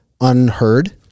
unheard